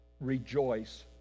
rejoice